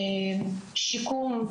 שיקום.